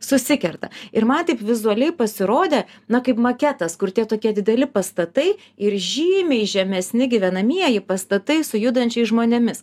susikerta ir man taip vizualiai pasirodė na kaip maketas kur tie tokie dideli pastatai ir žymiai žemesni gyvenamieji pastatai su judančiais žmonėmis